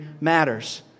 matters